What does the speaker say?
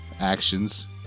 actions